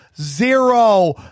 Zero